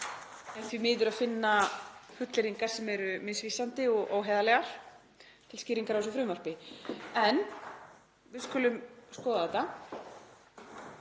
er því miður að finna fullyrðingar sem eru misvísandi og óheiðarlegar til skýringar á þessu frumvarpi. En við skulum skoða þetta,